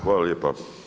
Hvala lijepa.